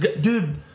Dude